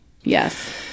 Yes